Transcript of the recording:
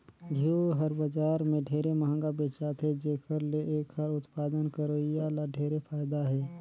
घींव हर बजार में ढेरे मंहगा बेचाथे जेखर ले एखर उत्पादन करोइया ल ढेरे फायदा हे